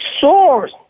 source